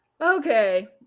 okay